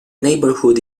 neighborhood